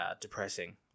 depressing